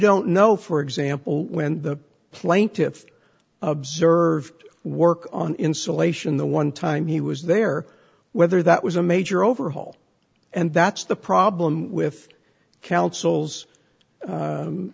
don't know for example when the plaintiff's observed work on insulation the one time he was there whether that was a major overhaul and that's the problem with councils